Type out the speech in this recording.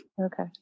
Okay